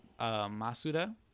masuda